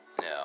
No